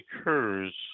occurs